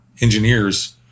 engineers